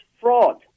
fraud